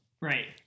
Right